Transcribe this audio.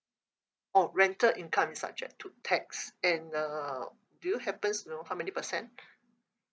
oh rental income subject to tax and uh do you happens to know how many percent